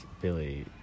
billy